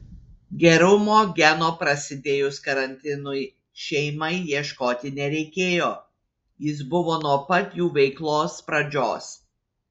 gerumo geno prasidėjus karantinui šeimai ieškoti nereikėjo jis buvo nuo pat jų veiklos pradžios